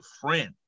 friend